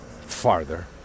farther